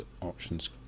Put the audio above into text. options